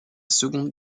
seconde